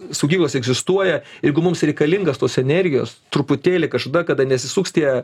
saugyklos egzistuoja jeigu mums reikalingas tos energijos truputėlį kažkada kada nesisuks tie